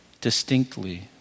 distinctly